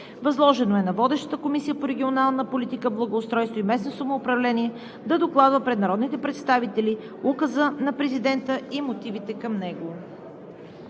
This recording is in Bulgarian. Възложено е на водещата Комисия по регионална политика, благоустройство и местно самоуправление да докладва пред народните представители Указа на Президента и мотивите към него.